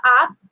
app